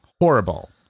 Horrible